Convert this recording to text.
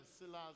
Silas